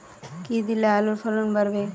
কী দিলে আলুর ফলন বাড়বে?